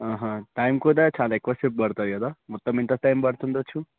time కూడా చాలా ఎక్కువ సేపు పడుతుంది కదా మొత్తం ఎంత టైం పడుతుండొచ్చు